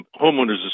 Homeowners